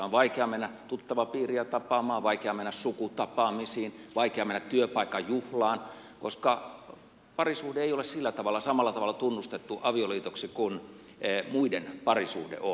on vaikea mennä tuttavapiiriä tapaamaan vaikea mennä sukutapaamisiin vaikea mennä työpaikan juhlaan koska parisuhde ei ole sillä tavalla samalla tavalla tunnustettu avioliitoksi kuin muiden parisuhde on